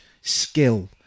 skill